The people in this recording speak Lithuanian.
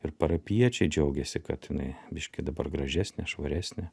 ir parapijiečiai džiaugiasi kad jinai biškį dabar gražesnė švaresnė